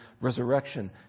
resurrection